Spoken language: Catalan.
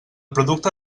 producte